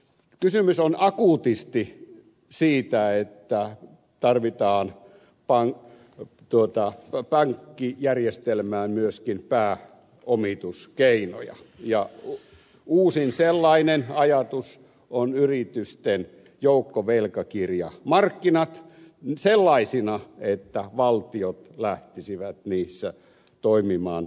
kysymys on akuutisti siitä että tarvitaan pankkijärjestelmään myöskin pääomituskeinoja ja uusin sellainen ajatus on yritysten joukkovelkakirjamarkkinat sellaisina että valtiot lähtisivät niissä toimimaan takaajina